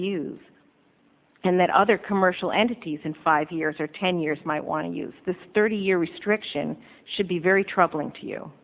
use and that other commercial entities in five years or ten years might want to use this thirty year restriction should be very troubling to you